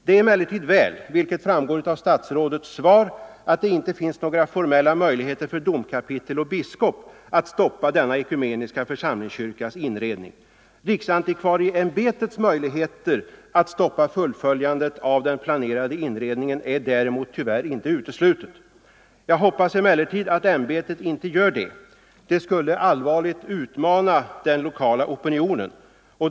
Det är emellertid väl att det — vilket framgår av statsrådets svar — inte finns några formella möjligheter för domkapitel och biskop att ändra denna ekumeniska församlingskyrkas inredning. Att riksantikvarieämbetet har möjligheter att stoppa fullföl översyn av stödet till jandet av den planerade inredningen är däremot tyvärr inte uteslutet. Jag hoppas emellertid att ämbetet inte gör det. Det skulle allvarligt utmana den lokala opinionen.